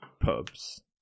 pubs